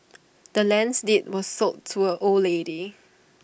the land's deed was sold to A old lady